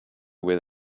with